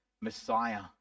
Messiah